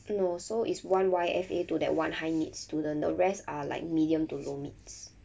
no so it's one Y_F_A to that one high needs student the rest are like medium to low needs